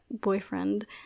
boyfriend